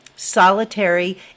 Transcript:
solitary